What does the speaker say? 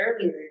earlier